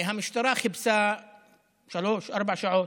המשטרה חיפשה שלוש, ארבע שעות,